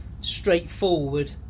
straightforward